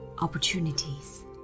opportunities